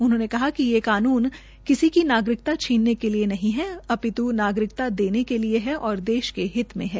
उन्होंने कहा कि ये कानून किसी की नागरिकता छीनने के लिए नहीं है बल्कि नागरिकता देने के लिए है और देश के हित में है